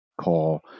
call